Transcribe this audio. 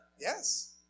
Yes